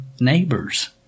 neighbors